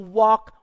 walk